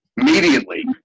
immediately